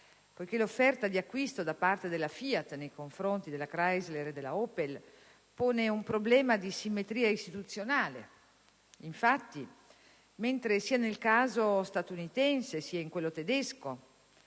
perché l'offerta di acquisto da parte della FIAT nei confronti della Chrysler e della Opel pone un problema di simmetria istituzionale. Infatti, mentre sia nel caso statunitense sia in quello tedesco